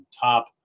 top